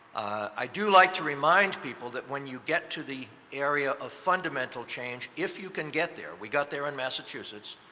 i do like to remind people that when you get to the area of fundamental change, if you can get there we got there in massachusetts.